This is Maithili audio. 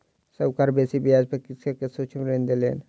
साहूकार बेसी ब्याज पर कृषक के सूक्ष्म ऋण देलैन